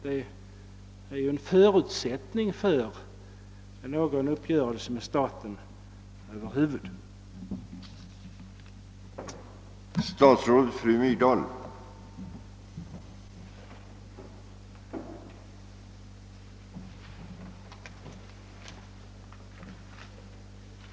Det är ju en förutsättning för att någon uppgörelse med staten över huvud taget skall kunna komma till stånd.